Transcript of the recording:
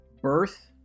birth